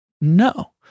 No